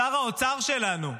שר האוצר שלנו,